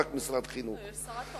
רק משרד החינוך,